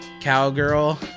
cowgirl